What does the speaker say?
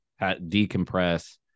decompress